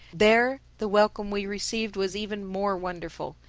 there the welcome we received was even more wonderful.